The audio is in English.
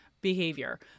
behavior